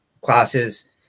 classes